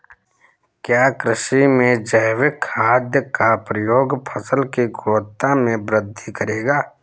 क्या कृषि में जैविक खाद का प्रयोग फसल की गुणवत्ता में वृद्धि करेगा?